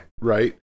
Right